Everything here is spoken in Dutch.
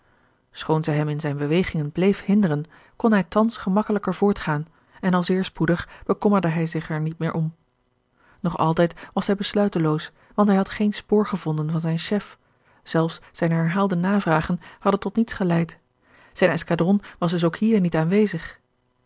schoon zij hem in zijne bewegingen bleef hinderen kon hij thans gemakkelijker voortgaan en al zeer spoedig bekommerde hij zich er niet meer om nog altijd was hij besluiteloos want hij had geen spoor gevonden van zijn chef zelfs zijne herhaalde navragen hadden tot niets geleid zijn escadron was dus ook hier niet aanwezig